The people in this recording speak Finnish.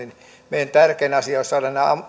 meille tärkein asia olisi saada nämä